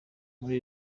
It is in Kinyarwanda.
muri